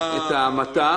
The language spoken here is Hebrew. את ההמתה,